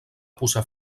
posar